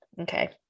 Okay